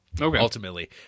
ultimately